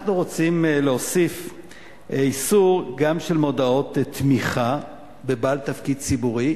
אנחנו רוצים להוסיף איסור גם של מודעות תמיכה בבעל תפקיד ציבורי,